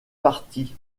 partis